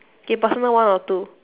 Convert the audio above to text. okay personal one or two